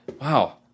wow